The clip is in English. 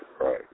right